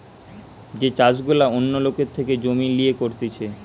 যে চাষ গুলা অন্য লোকের থেকে জমি লিয়ে করতিছে